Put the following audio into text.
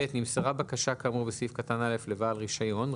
(ב)נמסרה בקשה כאמור בסעיף קטן (א) לבעל רישיון,